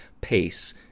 pace